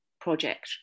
project